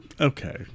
Okay